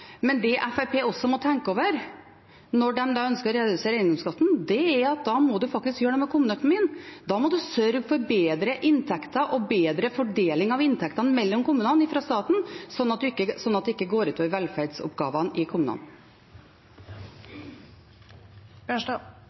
Men det Fremskrittspartiet også må tenke over når de ønsker å redusere eiendomsskatten, er at da må man faktisk gjøre noe med kommuneøkonomien. Man må sørge for bedre inntekter og bedre fordeling av inntektene fra staten mellom kommunene, slik at det ikke går ut over velferdsoppgavene i kommunene.